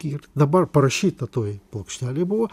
ir dabar parašyta toje plokštelėj buvo